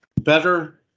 better